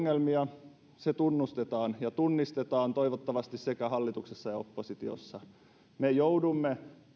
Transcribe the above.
ongelmia se tunnustetaan ja tunnistetaan toivottavasti sekä hallituksessa että oppositiossa me joudumme